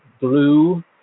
blue